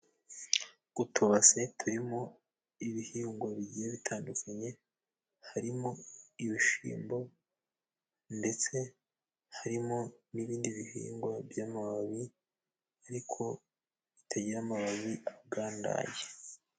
Utubase turimo ibihingwa bigiye bitandukanye harimo ibishimbo, ndetse harimo n'ibindi bihingwa by'amababi ariko bitagira amababi agandaye.